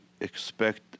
expect